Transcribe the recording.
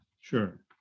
sure